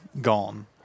gone